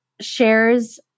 shares